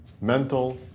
mental